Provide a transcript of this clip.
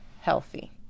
healthy